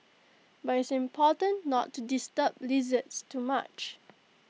but IT is important not to disturb lizards too much